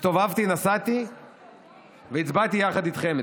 הסתובבתי, נסעתי והצבעתי יחד איתכם.